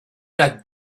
that